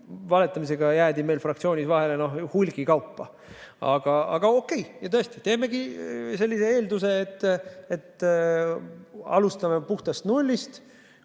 valetamisega jäädi meil fraktsioonis vahele hulgikaupa. Aga okei, tõesti, teemegi sellise eelduse, et alustame nullist.